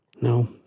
No